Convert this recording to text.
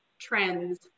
trends